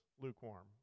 lukewarm